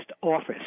office